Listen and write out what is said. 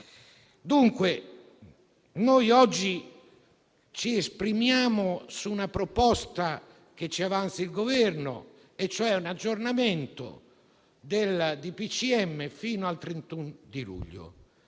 Dunque, noi oggi ci esprimiamo su una proposta che ci avanza il Governo e cioè un aggiornamento del decreto del